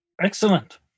Excellent